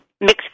mixed